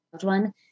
one